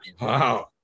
Wow